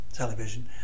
television